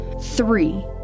Three